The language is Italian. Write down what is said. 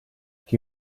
che